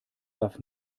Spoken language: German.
darf